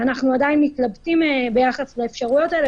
ואנחנו עדיין מתלבטים ביחס לאפשרויות הללו.